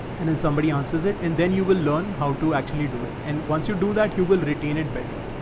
and then somebody answers it and then you will learn how to actually do it. and once you do that, you will retain it better.